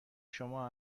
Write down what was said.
شما